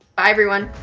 bye everyone.